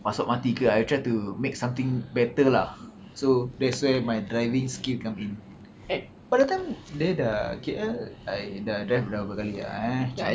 masuk mati ke I've tried to make something better lah so that's why my driving skill come in about that time dia dah K_L I dah drive dah berapa kali ah eh